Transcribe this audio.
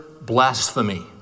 blasphemy